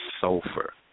sulfur